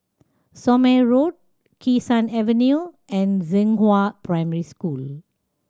Somme Road Kee Sun Avenue and Zhenghua Primary School